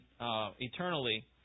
eternally